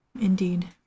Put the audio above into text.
Indeed